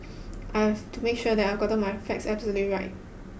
I have to make sure I have gotten my facts absolutely right